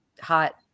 hot